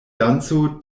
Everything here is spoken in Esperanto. danco